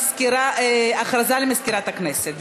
הודעה למזכירת הכנסת.